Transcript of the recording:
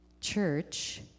church